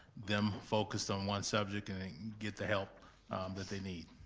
them focused on one subject and they can get the help that they need.